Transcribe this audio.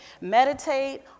meditate